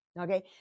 okay